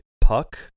Puck